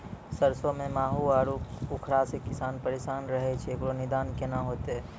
सरसों मे माहू आरु उखरा से किसान परेशान रहैय छैय, इकरो निदान केना होते?